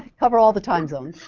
cover all the time zones.